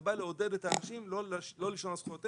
זה בא לעודד את האנשים לא לישון על זכויותיהם,